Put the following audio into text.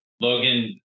Logan